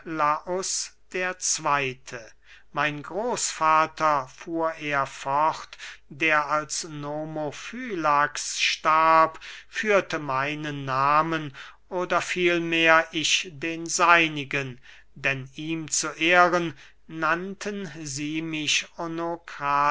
der zweyte mein großvater fuhr er fort der als nomofylax starb führte meinen nahmen oder vielmehr ich den seinigen denn ihm zu ehren nannten sie mich